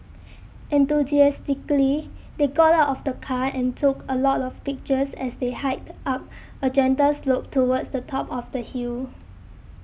enthusiastically they got out of the car and took a lot of pictures as they hiked up a gentle slope towards the top of the hill